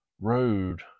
road